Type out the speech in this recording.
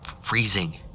freezing